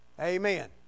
Amen